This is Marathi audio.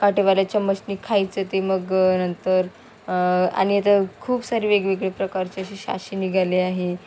काटेवाल्या चम्मचनी खायचं ते मग नंतर आणि आता खूप सारे वेगवेगळे प्रकारचे असे साचे निघाले आहे